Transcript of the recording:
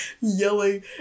yelling